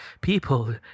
people